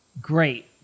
great